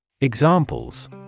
Examples